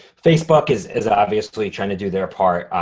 facebook is is obviously trying to do their part.